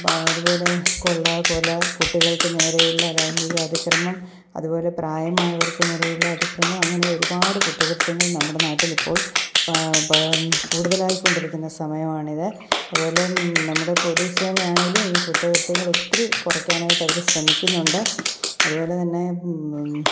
മാ അതുപോലെ കൊള്ള കൊല കുട്ടികൾക്കു നേരെയുള്ള ലൈംഗിക അതിക്രമം അതുപോലെ പ്രായമായവർക്കു നേരെയുള്ള അതിക്രമം അങ്ങനെ ഒരുപാട് കുറ്റകൃത്യങ്ങൾ നമ്മുടെ നാട്ടിലിപ്പോൾ പ പ കൂടുതലായിക്കൊണ്ടിരിക്കുന്ന സമയമാണിത് അതുപോലെ നമ്മുടെ പോലീസ് സേനയാണെങ്കിലും കുറ്റകൃത്യങ്ങളൊത്തിരി കുറക്കാനായിട്ടവർ ശ്രമിക്കുന്നുണ്ട് അതുപോലെ തന്നെ